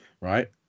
right